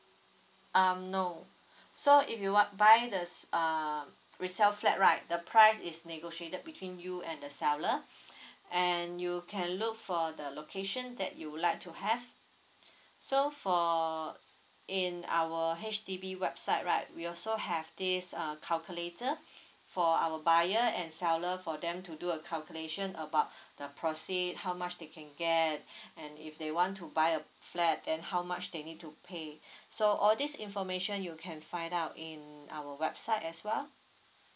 um no so if you wa~ buy the uh resell flat right the price is negotiated between you and the seller and you can look for the location that you would like to have so for in our H_D_B website right we also have this err calculator for our buyer and seller for them to do a calculation about the proceed how much they can get and if they want to buy a flat then how much they need to pay so all this information you can find out in our website as well